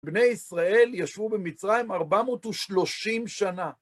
בני ישראל ישבו במצרים 430 שנה.